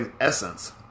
essence